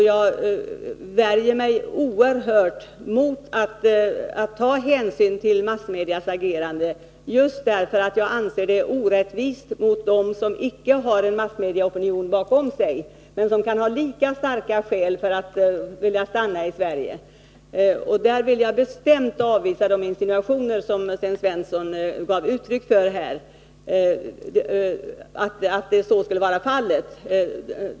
Jag värjer mig oerhört mot att ta hänsyn till massmediernas agerande, just därför att jag anser att det är orättvist mot dem som inte har en massmedieopinion bakom sig, men som kan ha lika starka skäl för att vilja stanna i Sverige. Jag vill alltså bestämt avvisa de insinuationer som Sten Svensson gav uttryck för.